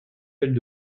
belles